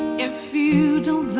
if you